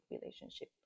relationship